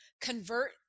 convert